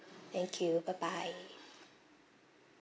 thank you bye bye